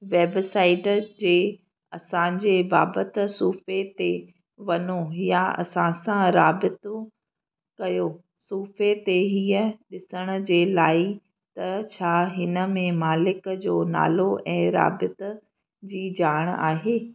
website जे असांजे बाबति सुफ़े ते वञो या असां सां राबितो कयो सुफ़े ते हीअ ॾिसण जे लाइ त छा हिन में मालिक जो नालो ऐं राबित जी ॼाण आहे